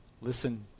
Listen